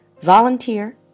volunteer